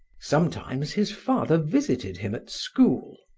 sometimes his father visited him at school.